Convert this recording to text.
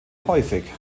häufig